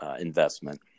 investment